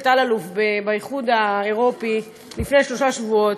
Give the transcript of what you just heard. אלאלוף באיחוד האירופי לפני שלושה שבועות,